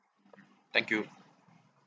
thank you